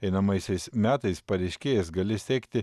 einamaisiais metais pareiškėjas gali steigti